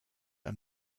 are